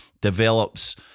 develops